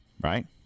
Right